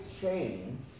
change